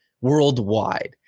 worldwide